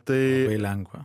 tai labai lengva